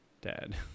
dad